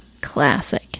Classic